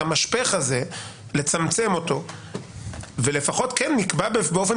את המשפך הזה לצמצם אותו ולפחות כן נקבע באופן